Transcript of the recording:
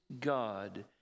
God